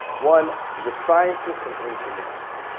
one, the scientists and engineers,